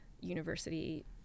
university